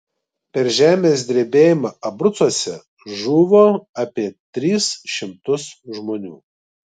per žemės drebėjimą abrucuose žuvo apie tris šimtus žmonių